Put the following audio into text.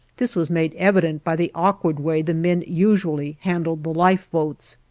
this was made evident by the awkward way the men usually handled the lifeboats.